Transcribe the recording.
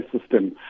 system